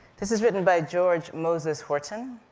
this is written by george moses horton.